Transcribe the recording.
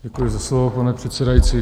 Děkuji za slovo, pane předsedající.